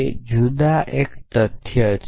તે જુદા એ એક તથ્ય છે